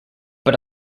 but